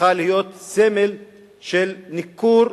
הפכה להיות סמל של ניכור,